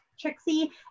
Trixie